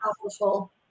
powerful